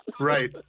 Right